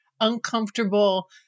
uncomfortable